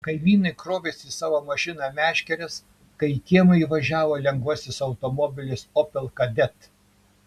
kaimynai krovėsi į savo mašiną meškeres kai į kiemą įvažiavo lengvasis automobilis opel kadett